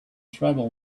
tribal